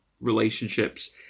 relationships